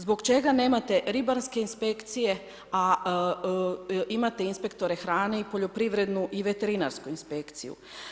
Zbog čega nemate ribarske inspekcije a imate inspektore hrane i poljoprivrednu i veterinarsku inspekciju?